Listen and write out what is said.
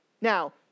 Now